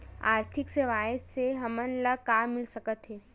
आर्थिक सेवाएं से हमन ला का मिल सकत हे?